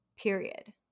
period